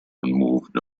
moved